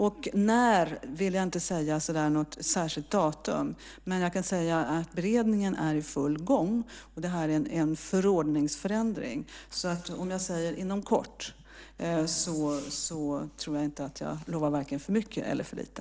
Jag kan inte nämna något särskilt datum, men jag kan säga att beredningen är i full gång. Det här är en förordningsförändring. Om jag säger att den kommer inom kort så tror jag inte att jag lovar vare sig för mycket eller för lite.